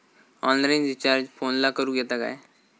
Online recharge फोनला करूक येता काय?